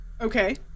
okay